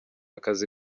akazi